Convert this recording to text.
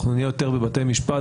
אנחנו נהיה יותר בבתי משפט,